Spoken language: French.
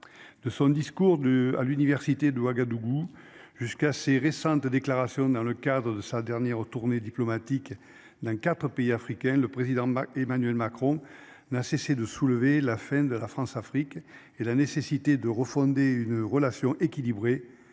De son discours de à l'université de Ouagadougou jusqu'à ses récentes déclarations dans le cadre de sa dernière tournée diplomatique d'un 4 pays africains le président Marc. Emmanuel Macron n'a cessé de soulever la fin de la Françafrique et la nécessité de refonder une relation équilibrée.